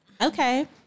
Okay